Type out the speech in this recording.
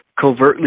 covertly